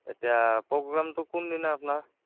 এতিয়া প্ৰগ্ৰামটো কোনদিনা আপোনাৰ